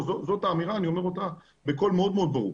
זאת האמירה, אני אומר אותה בקול מאוד מאוד ברור.